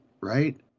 right